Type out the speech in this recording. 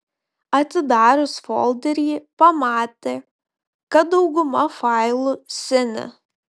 atidarius folderį pamatė kad dauguma failų seni